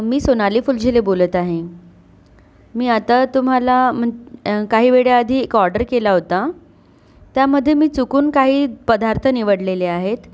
मी सोनाली फुलझिले बोलत आहे मी आता तुम्हाला म्हण् काही वेळेआधी एक ऑर्डर केला होता त्यामध्ये मी चुकून काही पदार्थ निवडलेले आहेत